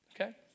okay